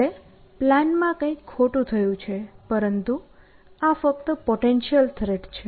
એટલે પ્લાનમાં કંઈક ખોટું થયું છે પરંતુ આ ફક્ત પોટેન્શિયલ થ્રેટ છે